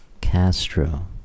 Castro